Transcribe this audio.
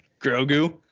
Grogu